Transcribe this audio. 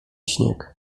śnieg